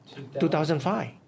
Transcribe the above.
2005